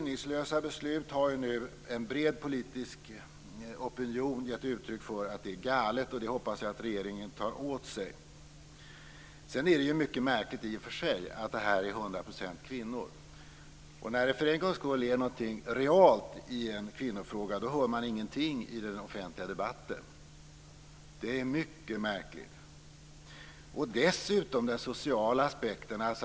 Nu har en bred politisk opinion givit uttryck för att detta besinningslösa beslut är galet. Det hoppas jag att regeringen tar åt sig. Sedan är det i och för sig mycket märkligt att det här till 100 % gäller kvinnor. Men när det för en gångs skull sker något realt i en kvinnofråga hör man ingenting i den offentliga debatten. Det är mycket märkligt. Dessutom har vi den sociala aspekten.